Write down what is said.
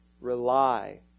rely